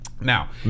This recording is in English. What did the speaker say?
Now